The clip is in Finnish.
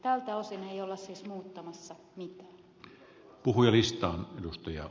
tältä osin ei olla siis muuttamassa mitään